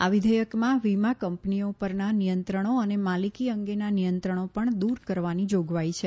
આ વિધેયક માં વીમા કંપનીઓ પરના નિયંત્રણો અને માલિકી અંગેનાં નિયંયણો પણ દૂર કરવાની જોગવાઈ છે